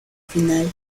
final